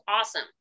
awesome